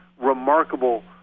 remarkable